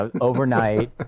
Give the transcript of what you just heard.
overnight